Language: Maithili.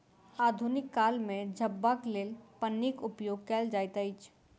आधुनिक काल मे झपबाक लेल पन्नीक उपयोग कयल जाइत अछि